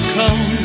come